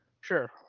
Sure